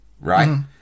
right